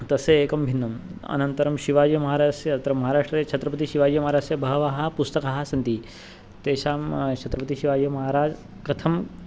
तस्य एकं भिन्नम् अनन्तरं शिवाजिमहाराजस्य अत्र महाराष्ट्रे छत्रपतिशिवाजिमहाराजस्य बहवः पुस्तकाः सन्ति तेषां छत्रपतिशिवाजिमहाराजः कथं